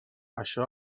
això